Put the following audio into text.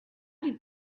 did